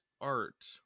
art